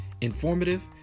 informative